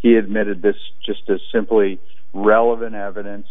he admitted this just as simply relevant evidence